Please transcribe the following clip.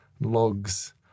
logs